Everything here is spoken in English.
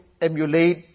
emulate